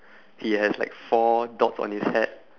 he has like four dots on his hat